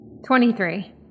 23